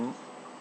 mm